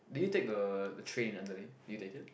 did you take the the train in Adelaide did you take it